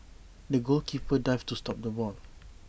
the goalkeeper dived to stop the ball